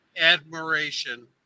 admiration